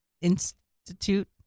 Institute